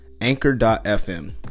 anchor.fm